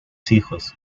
hijos